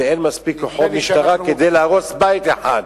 ואין מספיק כוחות משטרה כדי להרוס בית אחד.